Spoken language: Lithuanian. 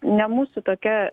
ne mūsų tokia